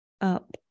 up